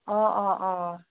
অ অ অ